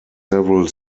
several